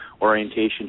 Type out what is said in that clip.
orientation